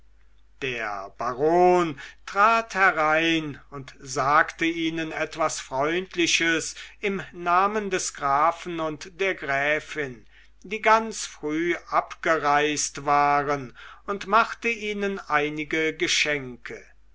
der baron trat herein und sagte ihnen etwas freundliches im namen des grafen und der gräfin die ganz früh abgereist waren und machte ihnen einige geschenke